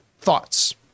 thoughts